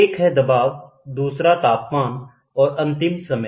एक है दवाब दूसरा तापमान और अंतिम समय